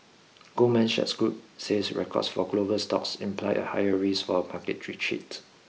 Goldman Sachs Group says records for global stocks imply a higher risk for a market retreat